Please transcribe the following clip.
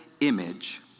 image